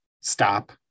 stop